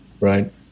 Right